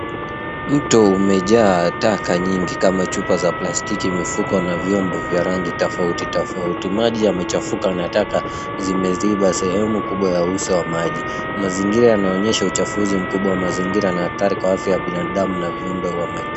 Mto umejaa taka nyingi kama chupa za plastiki, mifuko na vyombo vya rangi tofauti tofauti. Maji yamechafuka na taka zimeziba sehemu kubwa ya uso wa maji. Mazingira yanaonyesha uchafuzi mkubwa wa mazingira na hatari kwa afya ya binadamu na hata viumbe wa majini.